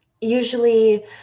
Usually